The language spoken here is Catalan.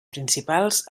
principals